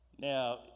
Now